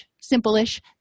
simple-ish